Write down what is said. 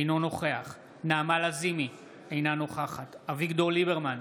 אינו נוכח נעמה לזימי, אינה נוכחת אביגדור ליברמן,